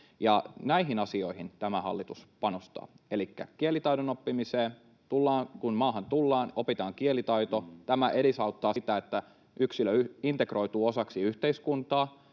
Näihin asioihin tämä hallitus panostaa. Elikkä kielitaidon oppimiseen: Kun maahan tullaan, opitaan kielitaito. Tämä edesauttaa sitä, että yksilö integroituu osaksi yhteiskuntaa.